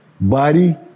body